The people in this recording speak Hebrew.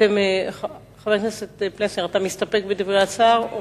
חבר הכנסת פלסנר, אתה מסתפק בדברי השר?